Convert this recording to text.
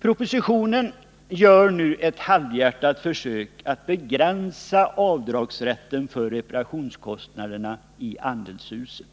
Propositionen gör nu ett halvhjärtat försök att begränsa avdragsrätten för reparationskostnaderna i andelshusen.